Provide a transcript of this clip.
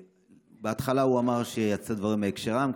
בהתחלה הוא אמר שיצאו דברים מהקשרם,